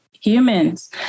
humans